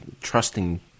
trusting